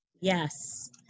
Yes